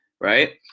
right